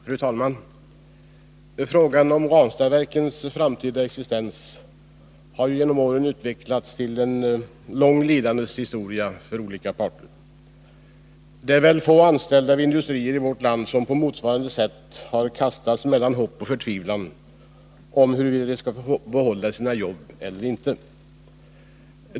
Fru talman! Frågan om Ranstadsverkets framtida existens har genom åren utvecklats till en lång lidandets historia för olika parter. Det är väl få anställda vid industrier i vårt land som på motsvarande sätt har kastats mellan hopp och förtvivlan om huruvida de skall få behålla sina jobb eller ej.